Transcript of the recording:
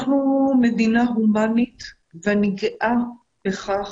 אנחנו מדינה הומנית ואני גאה בכך.